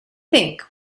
think